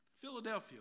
Philadelphia